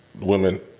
women